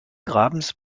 grabens